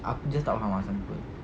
aku just tak faham ah some people